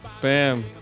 bam